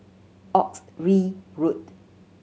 Oxley Road